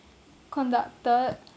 conducted